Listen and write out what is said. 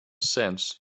sense